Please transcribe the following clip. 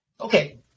Okay